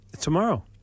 Tomorrow